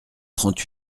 trente